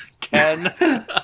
Ken